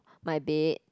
my bed